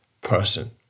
person